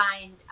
find